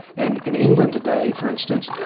and in england today for instance,